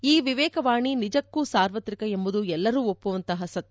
ಈ ವಿವೇಕವಾಣಿ ನಿಜಕ್ಕೂ ಸಾರ್ವತ್ರಿಕ ಎಂಬುದು ಎಲ್ಲರೂ ಒಪ್ಪುವಂತಹ ಸತ್ಯ